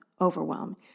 overwhelm